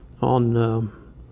on